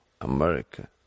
America